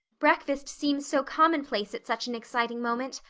breakfast seems so commonplace at such an exciting moment.